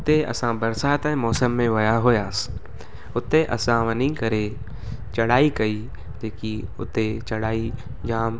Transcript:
हुते असां बरसाति जे मौसमु में विया हुयासि हुते असां वञी करे चढ़ाई कई जेकी हुते चढ़ाई जाम